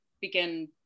begin